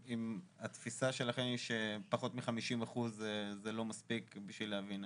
התפיסה שלכם היא שפחות מ-50% זה לא מספיק בשביל להבין,